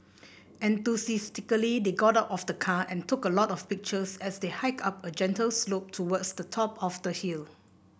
enthusiastically they got out of the car and took a lot of pictures as they hiked up a gentle slope towards the top of the hill